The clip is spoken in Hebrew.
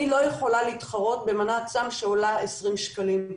אני לא יכולה להתחרות במנת סם שעולה 20 שקלים.